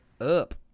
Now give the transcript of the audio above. up